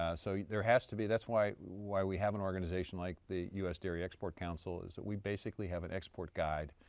ah so there has to be, that's why why we have an organization like the u s. dairy export council is that we basically have an export guide,